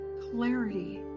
clarity